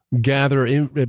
gather